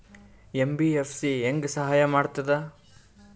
MBFC ಹೆಂಗ್ ಸಹಾಯ ಮಾಡ್ತದ?